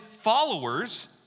followers